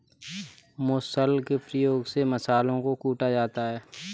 मुसल के प्रयोग से मसालों को कूटा जाता है